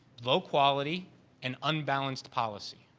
low quality and unbalanced policy.